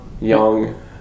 young